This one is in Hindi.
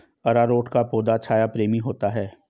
अरारोट का पौधा छाया प्रेमी होता है